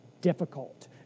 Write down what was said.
difficult